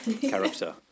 character